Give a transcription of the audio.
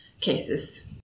cases